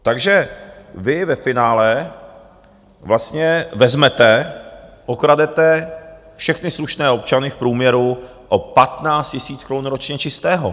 Takže vy ve finále vlastně vezmete, okradete všechny slušné občany v průměru o 15 000 korun ročně čistého.